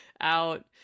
out